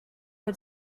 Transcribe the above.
had